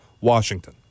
Washington